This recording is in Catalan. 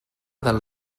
del